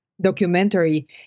documentary